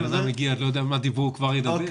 בן-אדם מגיע, עוד לא יודע על מה דיברו וכבר ידבר?